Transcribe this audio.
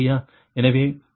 எனவே Pg2 PL20